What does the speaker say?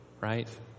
right